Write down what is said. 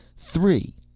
three.